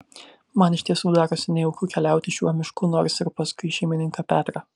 man iš tiesų darosi nejauku keliauti šiuo mišku nors ir paskui šeimininką petrą